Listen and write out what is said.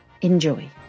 Enjoy